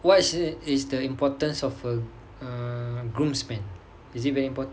what is the importance of a err groomsman is it very important